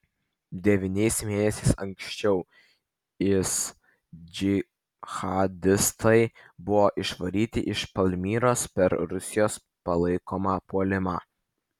devyniais mėnesiais anksčiau is džihadistai buvo išvaryti iš palmyros per rusijos palaikomą puolimą